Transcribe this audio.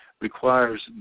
requires